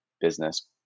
business